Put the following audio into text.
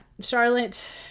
charlotte